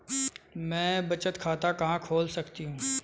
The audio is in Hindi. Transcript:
मैं बचत खाता कहां खोल सकती हूँ?